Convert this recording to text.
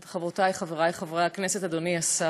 חברותי, חברי חברי הכנסת, אדוני השר,